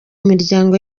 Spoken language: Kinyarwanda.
miryango